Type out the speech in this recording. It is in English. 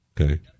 okay